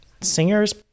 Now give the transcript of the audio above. singers